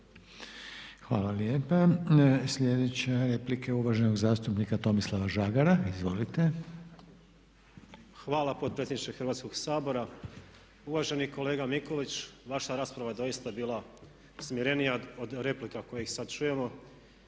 Hvala lijepa. Sljedeća replika je uvaženog zastupnika Tomislava Žagara. Izvolite. **Žagar, Tomislav (SDP)** Hvala potpredsjedniče Hrvatskog sabora. Uvaženi kolega Mikulić, vaša rasprava je doista bila smirenija od replika koje sad čujemo.